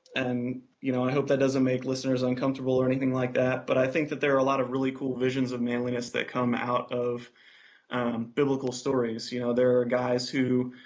and you know i hope that doesn't make listeners uncomfortable or anything like that, but i think that there are a lot of really cool visions of manliness they come out of biblical stories, you know, there are guys who